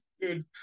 Dude